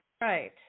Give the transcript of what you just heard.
right